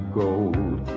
gold